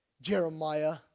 Jeremiah